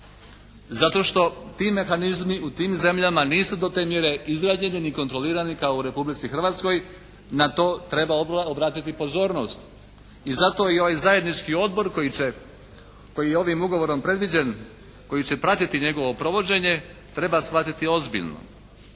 zato što ti mehanizmi u tim zemljama nisu do te mjere izrađeni ni kontrolirani kao u Republici Hrvatskoj. Na to treba obratiti pozornost. I zato joj zajednički odbor koji će, koji je ovim ugovorom predviđen, koji će pratiti njegovo provođenje treba shvatiti ozbiljno.